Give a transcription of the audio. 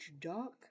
dark